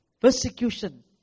persecution